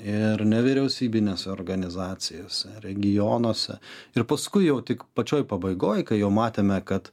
ir nevyriausybines organizacijas regionuose ir paskui jau tik pačioj pabaigoj kai jau matėme kad